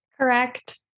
Correct